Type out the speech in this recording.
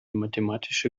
mathematische